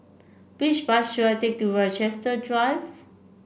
which bus should I take to Rochester Drive